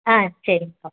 ஆ சரிங்கக்கா